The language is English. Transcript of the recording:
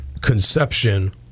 conception